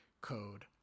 code